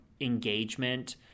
engagement